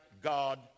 God